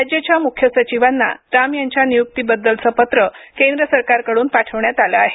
राज्याच्या मुख्य सचिवांना राम यांच्या नियुक्तीबद्दलचं पत्र केंद्र सरकारकडून पाठवण्यात आलं आहे